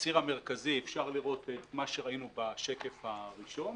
ובציר המרכזי אפשר לראות את מה שראינו בשקף הראשון,